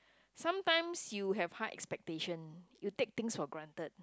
sometimes you have high expectation you take things for granted